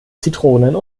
zitronen